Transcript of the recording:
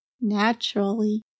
naturally